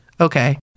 okay